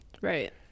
Right